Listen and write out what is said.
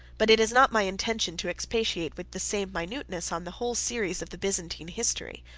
but it is not my intention to expatiate with the same minuteness on the whole series of the byzantine history.